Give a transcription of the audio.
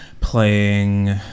playing